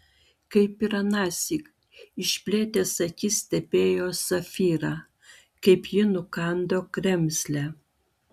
kaip ir anąsyk išplėtęs akis stebėjo safyrą kaip ji nukando kremzlę